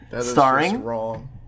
starring